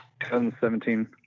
2017